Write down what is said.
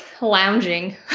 lounging